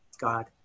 God